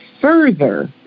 further